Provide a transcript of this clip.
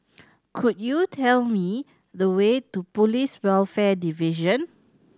could you tell me the way to Police Welfare Division